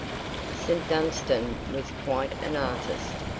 st. dunstan was quite an artist,